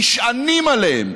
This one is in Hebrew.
נשענים עליהם,